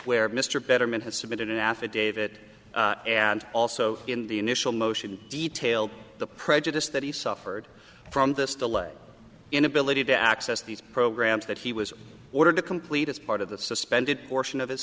where mr betterman has submitted an affidavit and also in the initial motion detail the prejudice that he suffered from this delay inability to access these programs that he was ordered to complete as part of the suspended portion of his